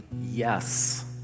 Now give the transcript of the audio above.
yes